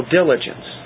diligence